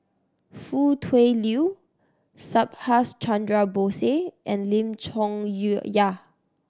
Foo Tui Liew Subhas Chandra Bose and Lim Chong Yah